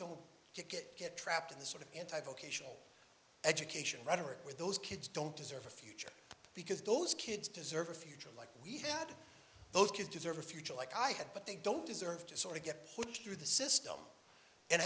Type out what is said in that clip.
don't get get get trapped in this sort of anti vocational education rhetoric with those kids don't deserve a future because those kids deserve a future like yeah those kids deserve a future like i had but they don't deserve to get through the system and